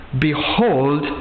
Behold